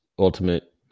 Ultimate